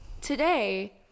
today